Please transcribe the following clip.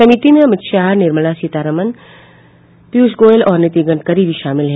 समिति में अमित शाह निर्मला सीतारामन पीयूष गोयल और नितिन गडकरी भी शामिल है